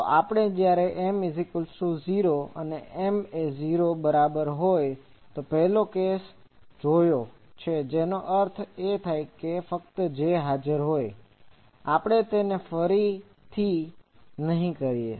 તો આપણે જ્યારે M 0 એટલે M એ 0 ની બરાબર હોય તે કેસ પહેલાથી જ જોયો છે તેનો અર્થ ફક્ત J હાજર હોય આપણે તેને ફરીથી નહીં કરીએ